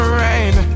rain